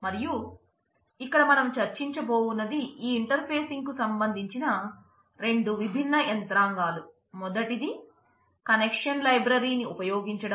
మరియు ఇక్కడ మనం చర్చించ పోవునది ఈ ఇంటర్ ఫేసింగ్ని ఉపయోగించడం